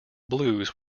blues